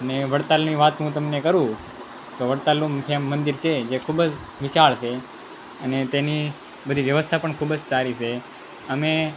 ને વડતાલની વાત હું તમને કરું તો વડતાલનું ત્યાં મંદિર છે જે ખૂબ જ વિશાળ છે અને તેની બધી વ્યવસ્થા પણ ખૂબ જ સારી છે અમે